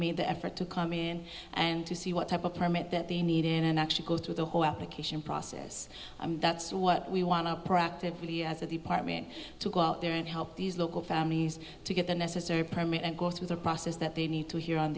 made the effort to come in and to see what type of permit that they need in and actually go through the whole application process i mean that's what we want to practice as a department to go out there and help these local families to get the necessary permit and go through the process that they need to here on